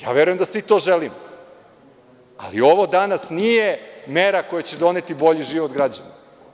Ja verujem da svi to želimo, ali ovo danas nije mera koja će doneti bolji život građana.